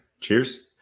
cheers